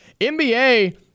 NBA